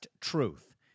Truth